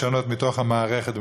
לשנות מתוך המערכת.